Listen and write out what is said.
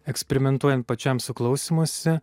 eksperimentuojant pačiam su klausymusi